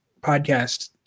podcast